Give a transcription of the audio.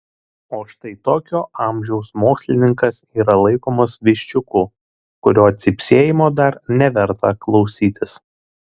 o štai tokio amžiaus mokslininkas yra laikomas viščiuku kurio cypsėjimo dar neverta klausytis